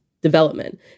development